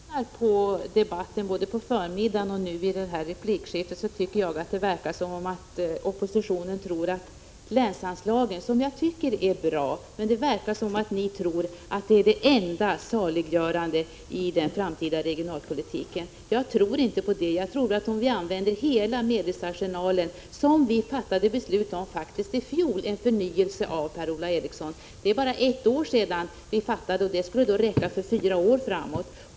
Herr talman! Efter att ha lyssnat på debatten både under förmiddagen och i det här replikskiftet tycker jag att det verkar som om oppositionen tror att länsanslagen — som jag tycker är bra — är det enda saliggörande i den framtida regionalpolitiken. Jag tror inte att det är så. Vi bör använda hela medelsarse 119 nalen. Vi fattade beslut om en förnyelse av medelsarsenalen så sent som i fjol, Per-Ola Eriksson. Det är alltså bara ett år sedan, och de medlen skulle räcka fyra år framåt.